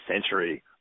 century